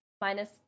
minus